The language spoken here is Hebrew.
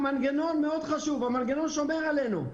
הוא מנגנון מאוד חשוב, המנגנון שומר עלינו.